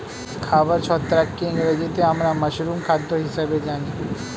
খাবার ছত্রাককে ইংরেজিতে আমরা মাশরুম খাদ্য হিসেবে জানি